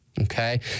Okay